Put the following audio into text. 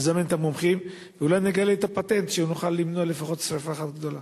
נזמן את המומחים ואולי נגיע לפטנט שנוכל למנוע לפחות שרפה אחת גדולה.